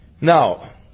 Now